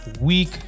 week